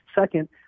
Second